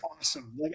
awesome